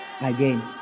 again